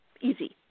easy